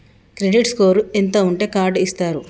Credit score ఎంత ఉంటే card ఇస్తారు?